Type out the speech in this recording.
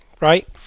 right